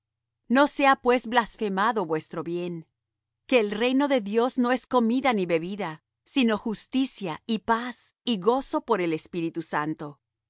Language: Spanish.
no sea pues blasfemado vuestro bien que el reino de dios no es comida ni bebida sino justicia y paz y gozo por el espíritu santo